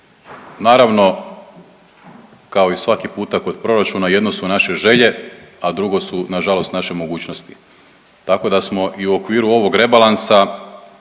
Naravno kao i svaki puta kod proračuna jedno su naše želje, a drugo su nažalost naše mogućnosti. Tako da smo i u okviru ovog rebalansa